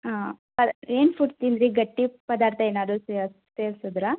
ಹಾಂ ಏನು ಫುಡ್ ತಿಂದಿರಿ ಗಟ್ಟಿ ಪದಾರ್ಥ ಏನಾದರೂ ಸೇವಿಸಿದ್ರಾ